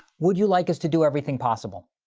would you like us to do everything possible?